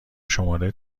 شماره